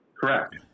Correct